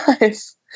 nice